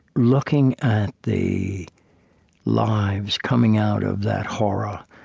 looking at the lives coming out of that horror,